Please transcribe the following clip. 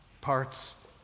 parts